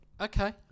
Okay